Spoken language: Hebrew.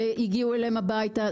והגיעו אליהם הביתה.